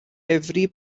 every